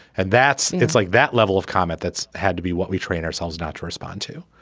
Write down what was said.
and that's it's like that level of comment that's had to be what we train ourselves not to respond to